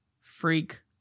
freak